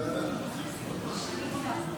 בנקים הם מנוף של סיוע לכלכלה, וחשוב שיהיו נוכחים